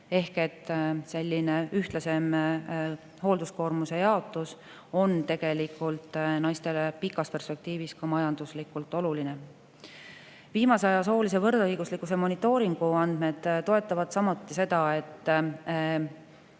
Ehk selline ühtlasem hoolduskoormuse jaotus on tegelikult naistele pikas perspektiivis ka majanduslikult oluline. Viimase aja soolise võrdõiguslikkuse monitooringu andmed [näitavad] samuti seda, et